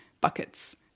buckets